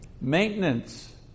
maintenance